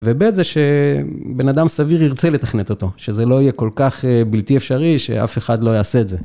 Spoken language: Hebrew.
וב' זה שבן אדם סביר ירצה לתכנת אותו, שזה לא יהיה כל כך בלתי אפשרי, שאף אחד לא יעשה את זה.